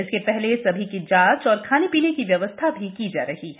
इसके पहले सभी की जांच एवं खाने पीने की व्यवस्था भी की जा रही है